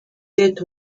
get